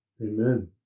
Amen